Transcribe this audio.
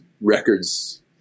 records